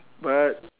but